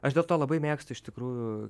aš dėl to labai mėgstu iš tikrųjų